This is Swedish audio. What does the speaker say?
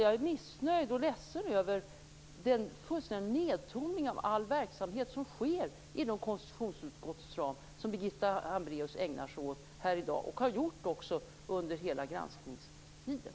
Jag är missnöjd med och ledsen över den fullständiga nedtoning av all verksamhet inom konstitutionsutskottets ram som Birgitta Hambraeus ägnar sig åt, både här i dag och under hela granskningstiden.